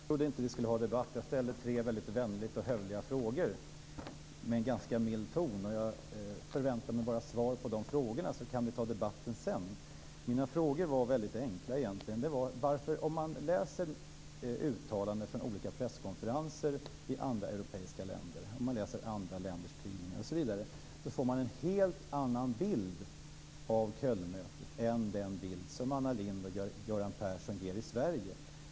Fru talman! Jag trodde inte att vi skulle ha en debatt. Jag ställde tre väldigt vänliga och hövliga frågor med en ganska mild ton. Jag förväntar mig bara svar på de frågorna, så kan vi ta debatten sedan. Mina frågor var egentligen väldigt enkla. Om man läser uttalanden från olika presskonferenser i andra europeiska länder, om man läser andra länders tidningar osv. får man en helt annan bild av Kölnmötet än den bild som Anna Lindh och Göran Persson ger i Sverige.